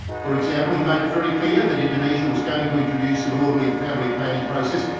for example. he made it very clear that indonesia was going to introduce an orderly family planning process.